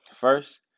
first